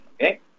okay